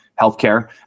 healthcare